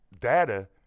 data